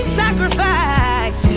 sacrifice